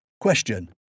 Question